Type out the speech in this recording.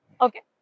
okay